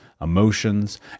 emotions